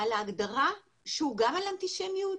על ההגדרה שהוא גם על אנטישמיות